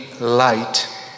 light